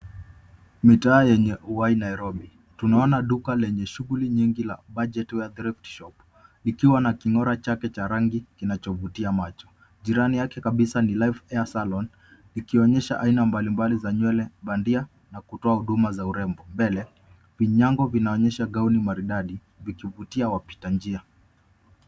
Mitaa yenye uhai Nairobi. Tunaona duka lenye shughuli nyingi la, budget ware threft shop, ikiwa na king'ora chake cha rangi kinachovutia macho. Jirani yake kabisa ni, live hair salon, ikionyesha aina mbalimbali za nywele bandia na kutoa huduma za urembo. Mbele, vinyago vinaonyesha gauni maridadi vikivutia wapitanjia.